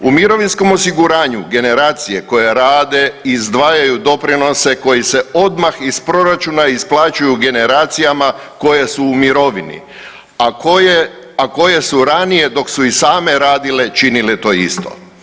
U mirovinskom osiguranju generacije koje rade izdvajaju doprinose koji se odmah iz proračuna isplaćuju generacijama koje su u mirovine, a koje, a koje su ranije dok su i same radile činile to isto.